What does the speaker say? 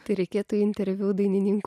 tai reikėtų interviu dainininkų